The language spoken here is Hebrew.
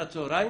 הצוהריים,